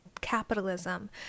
capitalism